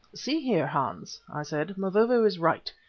see here, hans, i said. mavovo is right.